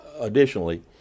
additionally